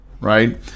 right